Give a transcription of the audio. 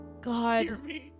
God